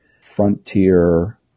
frontier